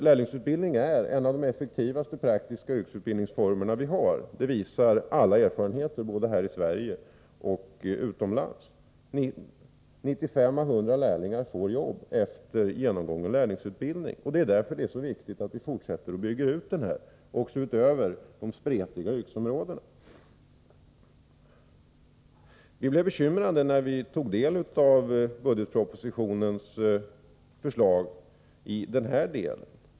Lärlingsutbildningen är en av de mest effektiva och praktiska yrkesutbildningsformer vi har. Det visar alla erfarenheter både här i Sverige och utomlands. 95 av 100 lärlingar får arbete efter genomgången lärlingsutbildning. Det är därför viktigt att vi fortsätter att bygga ut denna utbildning också utöver de spretiga yrkesområdena. Vi blev bekymrade när vi tog del av budgetpropositionens förslag i denna del.